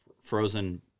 Frozen